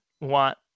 want